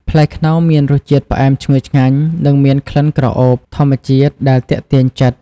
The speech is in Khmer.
ផ្លែខ្នុរមានរសជាតិ ផ្អែមឈ្ងុយឆ្ងាញ់ និងមាន ក្លិនក្រអូប ធម្មជាតិដែលទាក់ទាញចិត្ត។